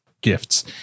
gifts